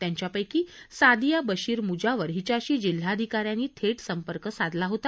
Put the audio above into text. त्यांच्यापैकी सादिया बशीर मुजावर हिच्याशी जिल्हाधिकाऱ्यांनी थेट संपर्क साधला होता